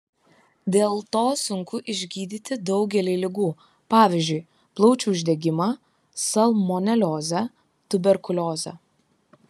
dėl to sunku išgydyti daugelį ligų pavyzdžiui plaučių uždegimą salmoneliozę tuberkuliozę